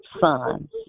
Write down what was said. sons